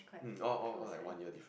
um all all all like one year diff